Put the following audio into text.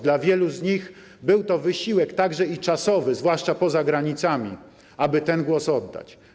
Dla wielu z nich był to wysiłek, także czasowy, zwłaszcza poza granicami, aby ten głos oddać.